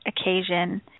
occasion